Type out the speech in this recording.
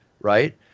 right